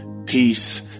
peace